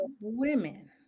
women